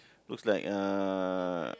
looks like uh